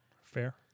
Fair